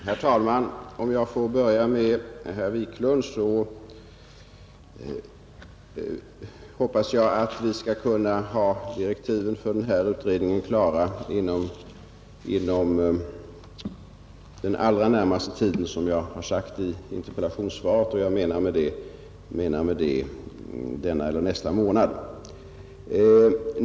Herr talman! Om jag får börja med herr Wiklund i Stockholm, så hoppas jag att vi skall kunna ha direktiven för den här utredningen klara inom den allra närmaste tiden, som jag också har sagt i interpellationssvaret, och jag menar med det denna eller nästa månad.